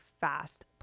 fast